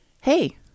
Hey